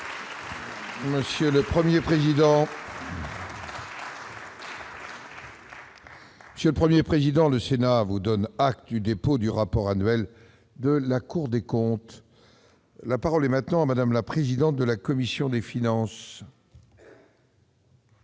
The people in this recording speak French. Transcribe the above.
Monsieur le Premier président, le Sénat vous donne acte du rapport annuel de la Cour des comptes. La parole est à Mme la présidente de la commission des finances.